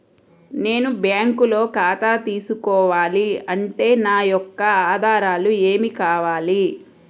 నేను బ్యాంకులో ఖాతా తీసుకోవాలి అంటే నా యొక్క ఆధారాలు ఏమి కావాలి?